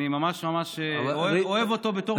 אני ממש ממש אוהב אותו בתור בן אדם ואוהב את העבודה.